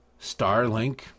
Starlink